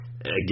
again